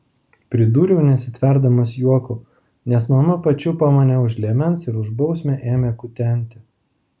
pridūriau nesitverdamas juoku nes mama pačiupo mane už liemens ir už bausmę ėmė kutenti